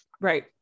Right